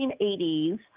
1980s